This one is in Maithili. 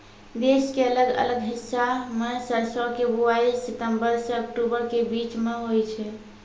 देश के अलग अलग हिस्सा मॅ सरसों के बुआई सितंबर सॅ अक्टूबर के बीच मॅ होय छै